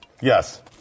Yes